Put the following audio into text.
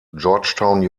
georgetown